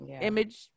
image